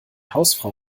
hausfrau